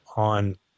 On